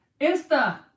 Insta